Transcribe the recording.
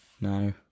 No